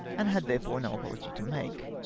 and had therefore no apology to make.